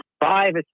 five